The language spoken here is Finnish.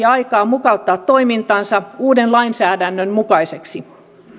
aikaa mukauttaa toimintansa uuden lainsäädännön mukaiseksi